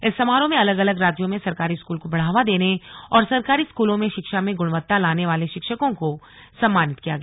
इस समारोह में अलग अलग राज्यों में सरकारी स्कूल को बढ़ावा देने और सरकारी स्कूलों में शिक्षा में ग्रणवत्ता लाने वाले शिक्षकों को सम्मानित किया गया